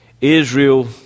Israel